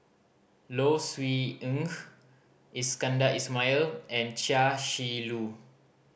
Low Siew Nghee Iskandar Ismail and Chia Shi Lu